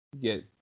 get